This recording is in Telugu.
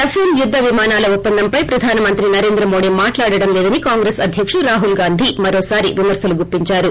రఫేల్ యుద్ద విమానాల ఒప్పందంపై ప్రధానమంత్రి నరేంద్ర మోదీ మాట్లాడడం లేదని కాంగ్రెస్ అధ్యకుడు రాహుల్ గాంధీ మరోసారి విమర్శలు గుప్పించారు